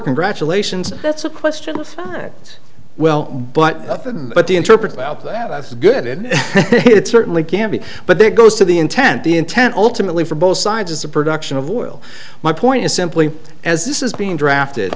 congratulations that's a question well but but the interpret about that that's good and it certainly can be but there goes to the intent the intent ultimately for both sides is the production of oil my point is simply as this is being drafted